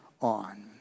on